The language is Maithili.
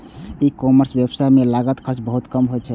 ई कॉमर्स व्यवसाय मे लागत खर्च बहुत कम होइ छै